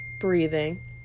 breathing